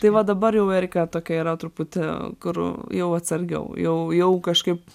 tai va dabar jau erika tokia yra truputį kur jau atsargiau jau jau kažkaip